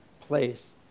place